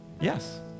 Yes